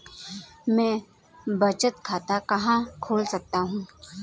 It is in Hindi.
मैं बचत खाता कहाँ खोल सकता हूँ?